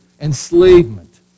enslavement